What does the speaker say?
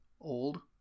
old